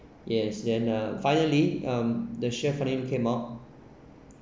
yes then ah finally um the finally came out